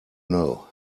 know